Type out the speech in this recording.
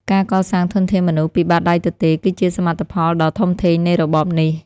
ការកសាងធនធានមនុស្សពីបាតដៃទទេ គឺជាសមិទ្ធផលដ៏ធំធេងនៃរបបនេះ។